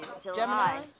July